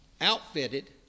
outfitted